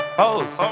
hoes